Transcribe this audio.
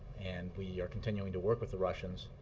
and we are continuing to work with the russians